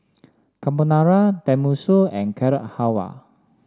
Carbonara Tenmusu and Carrot Halwa